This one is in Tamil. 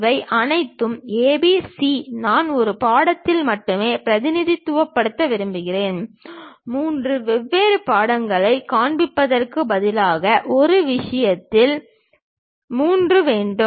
இவை அனைத்தும் A B C நான் ஒரு படத்தில் மட்டுமே பிரதிநிதித்துவப்படுத்த விரும்புகிறேன் மூன்று வெவ்வேறு படங்களைக் காண்பிப்பதற்குப் பதிலாக ஒரு விஷயத்தில் மூன்று வேண்டும்